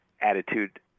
attitude